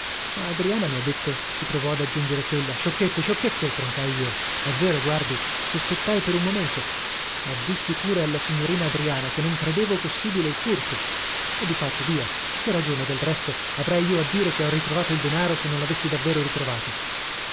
adriana mi ha detto si provò ad aggiungere quella sciocchezze sciocchezze troncai io è vero guardi sospettai per un momento ma dissi pure alla signorina adriana che non credevo possibile il furto e difatti via che ragione del resto avrei io a dire che ho ritrovato il denaro se non lavessi davvero ritrovato